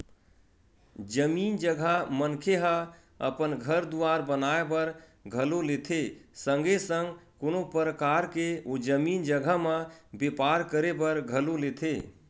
जमीन जघा मनखे ह अपन घर दुवार बनाए बर घलो लेथे संगे संग कोनो परकार के ओ जमीन जघा म बेपार करे बर घलो लेथे